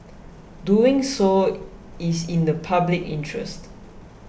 doing so is in the public interest